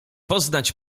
poznać